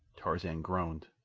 tarzan groaned.